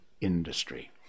industry